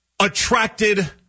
attracted